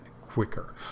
quicker